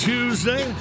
Tuesday